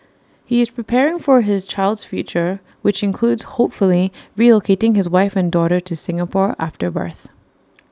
he is preparing for his child's future which includes hopefully relocating his wife and daughter to Singapore after the birth